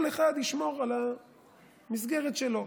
כל אחד ישמור על המסגרת שלו.